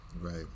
right